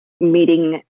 meeting